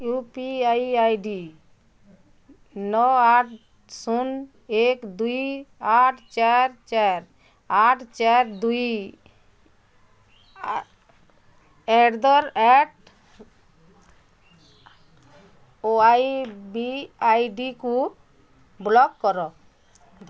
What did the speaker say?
you P I I D ନଅ ଆଠ ଶୂନ ଏକ ଦୁଇ ଆଠ ଚାରି ଚାରି ଆଠ ଚାରି ଦୁଇ ଆ at the rate Y B ଆଇଡିକୁ ବ୍ଲକ୍ କର